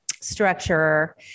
structure